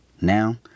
Now